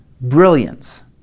brilliance